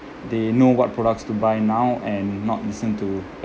they know what products to buy now and not listen to